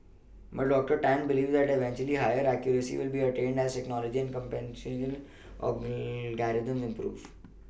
but doctor Tan believes that eventually higher accuracy can be attained as technology and computational improve